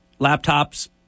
laptops